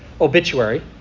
obituary